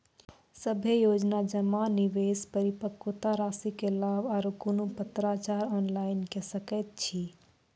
सभे योजना जमा, निवेश, परिपक्वता रासि के लाभ आर कुनू पत्राचार ऑनलाइन के सकैत छी?